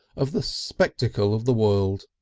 of the spectacle of the world,